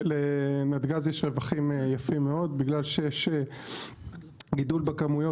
לנתג"ז יש רווחים יפים מאוד בגלל שיש גידול בכמויות.